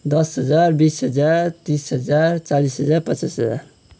दस हजार बिस हजार तिस हजार चालिस हजार पचास हजार